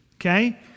Okay